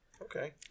Okay